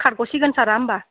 खारग'सिगोन सारआ होम्बा